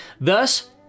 Thus